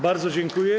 Bardzo dziękuję.